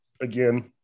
again